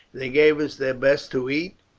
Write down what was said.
they gave us their best to eat,